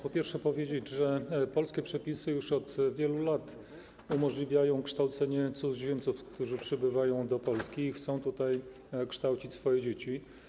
Po pierwsze, trzeba powiedzieć, że polskie przepisy już od wielu lat umożliwiają kształcenie cudzoziemców, którzy przybywają do Polski i chcą tutaj kształcić swoje dzieci.